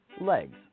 Legs